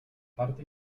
parte